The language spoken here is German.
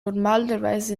normalerweise